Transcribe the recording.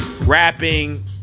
rapping